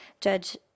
Judge